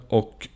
och